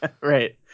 Right